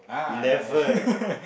eleven